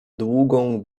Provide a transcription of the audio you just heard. długą